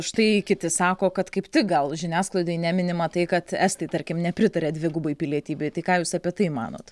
štai kiti sako kad kaip tik gal žiniasklaidai neminima tai kad estai tarkim nepritaria dvigubai pilietybei tai ką jūs apie tai manot